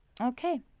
Okay